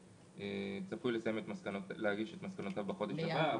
--- צפוי להגיש את מסקנותיו בחודש הבא.